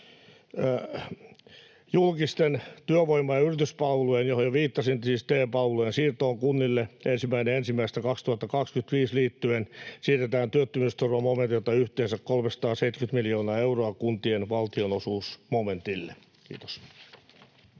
Julkisten työvoima- ja yrityspalvelujen, johon jo viittasin, siis TE-palvelujen, siirtoon kunnille 1.1.2025 liittyen siirretään työttömyysturvamomentilta yhteensä 370 miljoonaa euroa kuntien valtionosuusmomentille. — Kiitos.